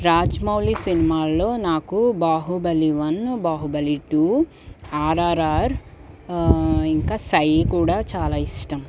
రాజ్మౌళి సినిమాల్లో నాకు Baahubali one Baahubali two RRR ఇంకా సై కూడా చాలా ఇష్టం